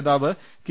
നേതാവ് കെ